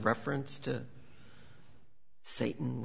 reference to satan